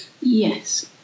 Yes